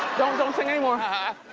don't, don't sing anymore.